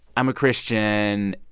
i'm a christian,